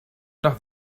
nach